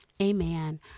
Amen